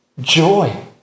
joy